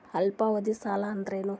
ಅಲ್ಪಾವಧಿ ಸಾಲ ಅಂದ್ರ ಏನು?